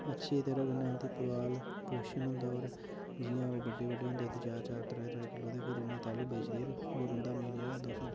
अच्छी तरह कन्नै उं'दी पवाल पोशन होंदा होर जियां ओह् बड्डे बड्डे होंदे ते चार चार त्रै त्रै किलो दे फेर उनेंगी तैल्लू बेचदे न होर उन्दा मीट जेह्ड़ा दो सौ